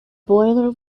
boiler